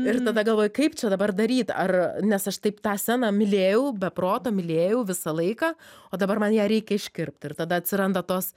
ir tada galvoji kaip čia dabar daryt ar nes aš taip tą sceną mylėjau be proto mylėjau visą laiką o dabar man ją reikia iškirpt ir tada atsiranda tos